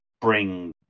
bring